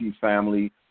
family